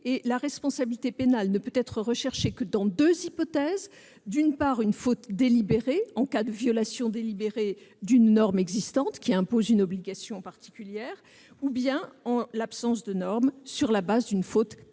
La responsabilité pénale ne peut alors être recherchée que dans deux hypothèses : soit sur la base d'une faute délibérée, c'est-à-dire de la violation délibérée d'une norme existante qui impose une obligation particulière, soit, en l'absence de norme, sur la base d'une faute caractérisée.